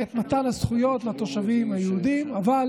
ועיכבו את מתן הזכויות לתושבים היהודים, אבל